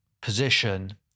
position